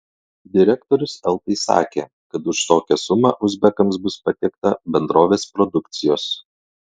direktorius eltai sakė kad už tokią sumą uzbekams bus patiekta bendrovės produkcijos